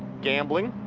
gambling,